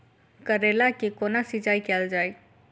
करैला केँ कोना सिचाई कैल जाइ?